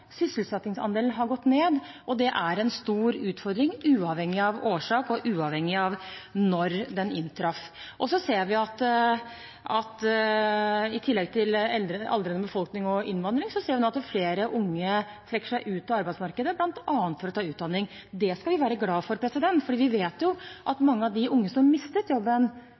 Sysselsettingsandelen har gått ned, og det er en stor utfordring, uavhengig av årsak og uavhengig av når det inntraff. Vi ser nå – i tillegg til aldrende befolkning og innvandring – at flere unge trekker seg ut av arbeidsmarkedet, bl.a. for å ta utdanning. Det skal vi være glad for, for vi vet at mange av de unge som mistet jobben